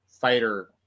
fighter